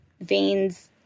veins